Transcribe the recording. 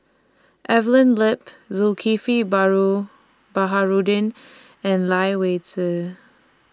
Evelyn Lip Zulkifli Baharudin and Lai Weijie